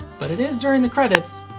but it is during the credits,